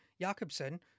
Jakobsen